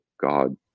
God